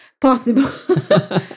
Possible